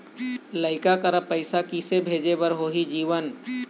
लइका करा पैसा किसे भेजे बार होही जीवन